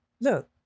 Look